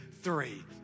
three